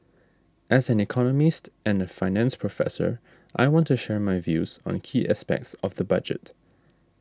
as an economist and a finance professor I want to share my views on key aspects of the budget